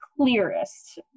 clearest